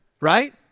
Right